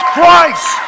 Christ